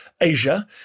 Asia